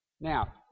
Now